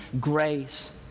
grace